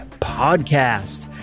podcast